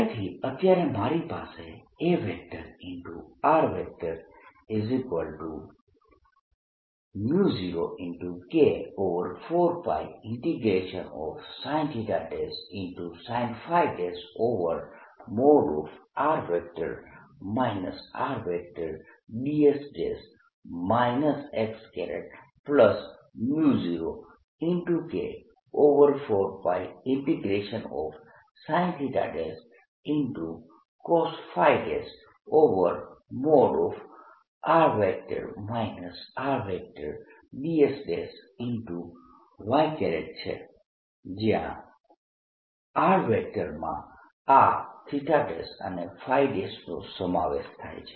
તેથી અત્યારે મારી પાસે A0K4πsinsinϕ|r R|ds0K4πsincosϕ|r R|ds છે જયાં R માં આ અને ϕ નો સમાવેશ થાય છે